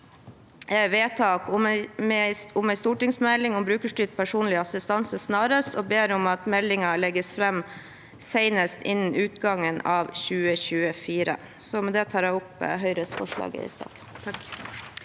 opp vedtaket om en stortingsmelding om brukerstyrt personlig assistanse, og vi ber om at meldingen legges fram senest innen utgangen av 2024. Med det tar jeg opp Høyres forslag